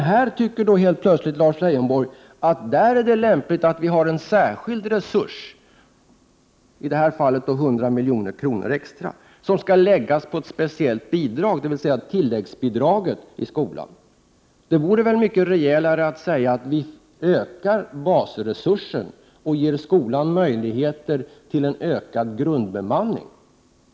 Lars Leijonborg tycker emellertid helt plötsligt att det i detta sammanhang vore lämpligt att ha en särskild resurs — i detta fall på 100 milj.kr. extra — som skall läggas på ett speciellt bidrag, tilläggsbidraget i skolan. Det vore väl mycket rejälare att säga att vi skall öka basresursen och ge skolan möjligheter till en ökad grundbemanning.